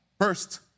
first